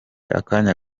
akanya